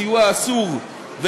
סיוע אסור,